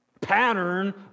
pattern